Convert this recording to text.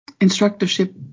Instructorship